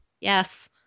Yes